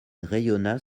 rayonna